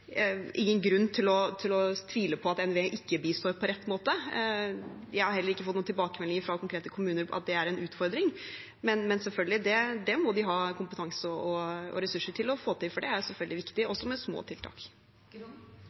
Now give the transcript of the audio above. ingen grunn til å tvile på at NVE bistår på rett måte. Jeg har heller ikke fått noen tilbakemeldinger fra konkrete kommuner om at det er en utfordring. Men det må de selvfølgelig ha kompetanse og ressurser til å få til, for det er viktig med små